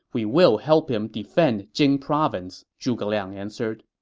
we will help him defend jing province, zhuge liang answered.